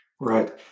Right